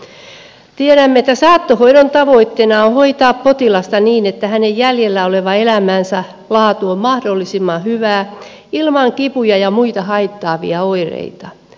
tiedämme että saattohoidon tavoitteena on hoitaa potilasta niin että hänen jäljellä olevan elämänsä laatu on mahdollisimman hyvä ilman kipuja ja muita haittaavia oireita